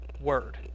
word